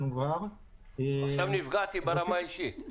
עכשיו נפגעתי ברמה האישית...